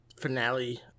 finale